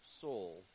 soul